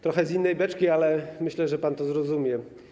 Trochę z innej beczki, ale myślę, że pan to zrozumie.